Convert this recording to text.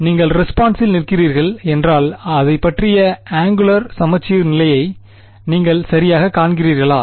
நீங்கள் ரெஸ்பான்ஸில் நிற்கிறீர்கள் என்றால் அதைப் பற்றிய ஆண்குலர் சமச்சீர்நிலையை நீங்கள் சரியாகக் காண்கிறீர்களா